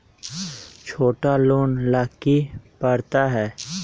छोटा लोन ला की पात्रता है?